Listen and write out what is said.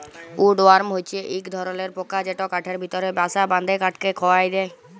would worm হছে ইক ধরলর পকা যেট কাঠের ভিতরে বাসা বাঁধে কাঠকে খয়ায় দেই